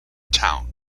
town